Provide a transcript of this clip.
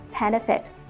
benefit